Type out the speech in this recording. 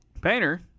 Painter